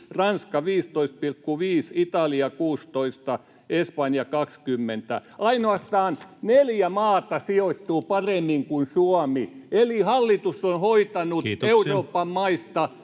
Ranska 15,5, Italia 16, Espanja 20. Ainoastaan neljä maata sijoittuu paremmin kuin Suomi, eli hallitus on hoitanut [Puhemies: